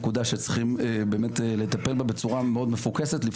זו הנקודה שצריך לטפל בה בצורה מפוקסת מאוד,